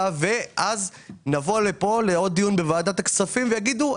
ואז נגיע לדיון בוועדת הכספים ויגידו,